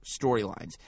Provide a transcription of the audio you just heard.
storylines